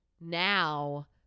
now